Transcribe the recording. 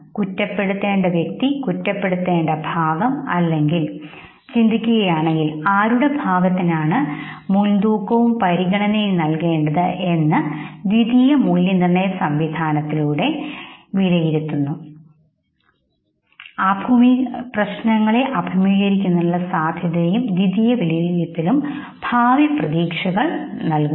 കുറ്റപ്പെടുത്തേണ്ട വ്യക്തി കുറ്റപ്പെടുത്തേണ്ട ഭാഗം അല്ലെങ്കിൽ ചിന്തിക്കുകയാണെങ്കിൽ ആരുടെ ഭാഗത്തിനാണ് മുൻതൂക്കവും പരിഗണനയും നൽകേണ്ടത് എന്ന് ദ്വിതീയ മൂല്യനിർണ്ണയ സംവിധാനത്തിലൂടെ ഈ രണ്ട് കാര്യങ്ങളെ മാത്രം വിലയിരുത്തുന്നു അഭിമുഖീകരിക്കുന്നതിനുള്ള സാധ്യതയും ദ്വിതീയ വിലയിരുത്തലും ഭാവി പ്രതീക്ഷകൾ നൽകുന്നു